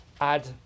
add